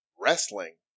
wrestling